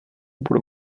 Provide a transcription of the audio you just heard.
budu